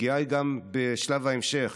הפגיעה היא גם בשלב ההמשך.